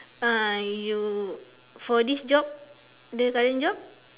uh you for this job the current job